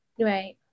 right